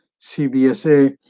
CBSA